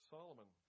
Solomon